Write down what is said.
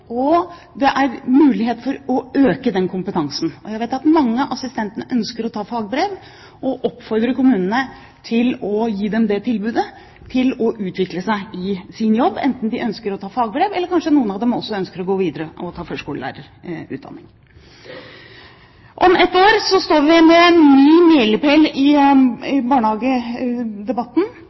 og det er mulighet for å øke den kompetansen. Jeg vet at mange av assistentene ønsker å ta fagbrev og oppfordrer kommunene til å gi dem tilbud for å utvikle seg i sin jobb, enten de ønsker å ta fagbrev eller kanskje noen av dem også ønsker å gå videre og ta førskolelærerutdanning. Om et år står vi ved en ny milepæl i barnehagedebatten.